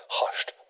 hushed